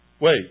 Wait